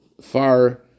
far